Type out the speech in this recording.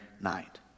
night